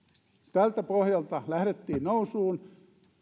tältä pohjalta lähdettiin nousuun